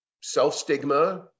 self-stigma